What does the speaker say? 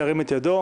ירים את ידו.